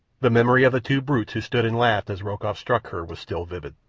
the memory of the two brutes who stood and laughed as rokoff struck her was still vivid.